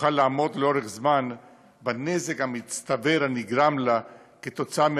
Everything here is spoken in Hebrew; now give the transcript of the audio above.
תוכל לעמוד לאורך זמן בנזק המצטבר הנגרם לה מן